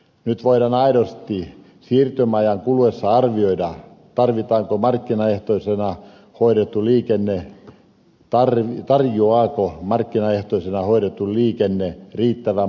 nyt voidaan aidosti siirtymäajan kuluessa arvioida tarvitaanko markkinaehtoisella hoidettu liikenne paremmin tarjoaako markkinaehtoisena hoidettu liikenne riittävän palvelutason